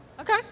Okay